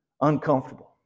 uncomfortable